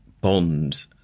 bond